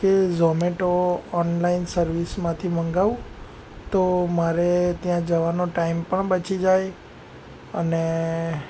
કે ઝોમેટો ઓનલાઈન સર્વિસમાંથી મંગાવું તો મારે ત્યાં જવાનો ટાઈમ પણ બચી જાય અને